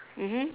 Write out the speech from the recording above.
mmhmm